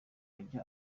ajya